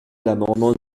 l’amendement